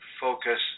focus